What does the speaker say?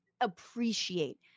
appreciate